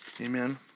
Amen